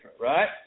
right